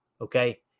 okay